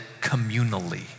communally